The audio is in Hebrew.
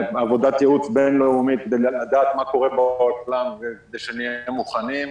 עבודת ייעוץ בין-לאומית כדי לדעת מה קורה בעולם ושנהיה מוכנים.